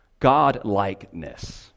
Godlikeness